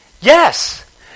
Yes